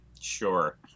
Sure